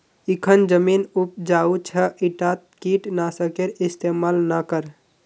इखन जमीन उपजाऊ छ ईटात कीट नाशकेर इस्तमाल ना कर